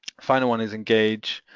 final one is engage,